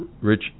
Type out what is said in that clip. Rich